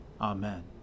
Amen